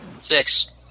six